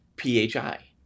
PHI